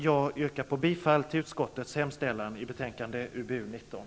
Jag yrkar bifall till utskottets hemställan i betänkande UbU19.